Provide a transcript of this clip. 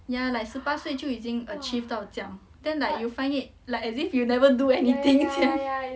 ya like 十八岁就已经 achieve 到这样 then like you find it like as if you never do anything 这样